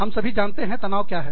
हम सभी जानते हैं तनाव क्या है